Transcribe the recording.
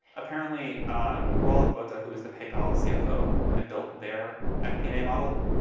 apparently roelof botha, who was the paypal cfo and built their fp and a model.